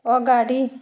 अगाडि